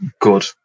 good